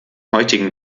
heutigen